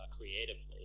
Creatively